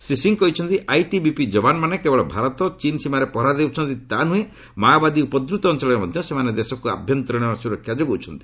ଶ୍ରୀ ସିଂ କହିଛନ୍ତି ଆଇଟିବିପି ଯବାନମାନେ କେବଳ ଭାରତ ଚୀନ୍ ସୀମାରେ ପହରା ଦେଉଛନ୍ତି ତା' ନ୍ଦୁହେଁ ମାଓବାଦୀ ଉପଦ୍ରତ ଅଞ୍ଚଳରେ ମଧ୍ୟ ସେମାନେ ଦେଶକୃ ଆଭ୍ୟନ୍ତରୀଣ ସ୍ରରକ୍ଷା ଯୋଗାଉଛନ୍ତି